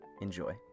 Enjoy